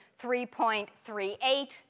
3.38